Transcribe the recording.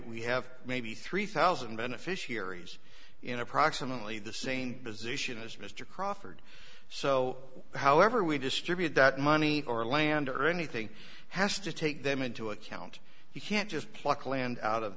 we have maybe three thousand beneficiaries in approximately the same position as mr crawford so however we distribute that money for land or anything has to take them into account you can't just pluck land out of